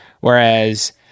Whereas